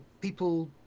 people